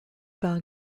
par